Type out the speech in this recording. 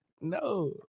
No